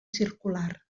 circular